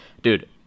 dude